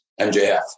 MJF